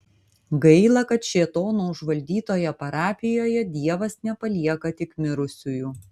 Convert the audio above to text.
gaila kad šėtono užvaldytoje parapijoje dievas nepalieka tik mirusiųjų